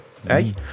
Hey